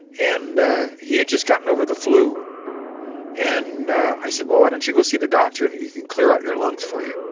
and he had just gotten over the flu and i said, well, why don't you go see the doctor, and he can clear out your lungs for you.